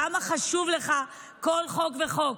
כמה חשוב לך כל חוק וחוק,